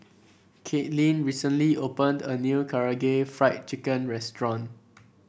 Katelynn recently opened a new Karaage Fried Chicken Restaurant